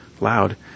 loud